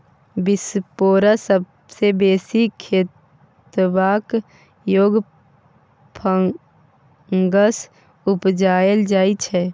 बिसपोरस सबसँ बेसी खेबाक योग्य फंगस उपजाएल जाइ छै